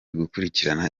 gukurikirana